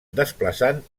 desplaçant